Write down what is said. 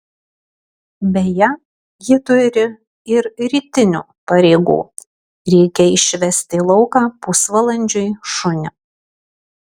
beje ji turi ir rytinių pareigų reikia išvesti į lauką pusvalandžiui šunį